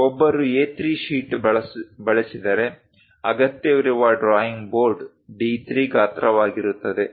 ಒಬ್ಬರು A3 sheet ಬಳಸಿದರೆ ಅಗತ್ಯವಿರುವ ಡ್ರಾಯಿಂಗ್ ಬೋರ್ಡ್ D3 ಗಾತ್ರವಾಗಿರುತ್ತದೆ